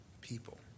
people